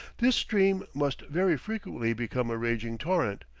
this stream must very frequently become a raging torrent,